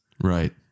Right